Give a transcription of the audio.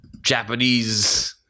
Japanese –